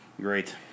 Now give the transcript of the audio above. Great